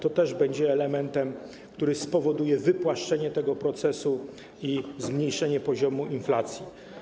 To też będzie elementem, który spowoduje wypłaszczenie tego procesu i zmniejszenie poziomu inflacji.